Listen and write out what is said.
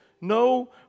no